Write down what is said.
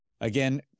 Again